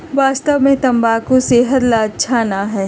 वास्तव में तंबाकू सेहत ला अच्छा ना है